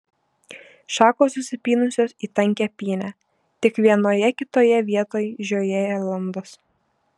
šakos susipynusios į tankią pynę tik vienoje kitoje vietoj žiojėja landos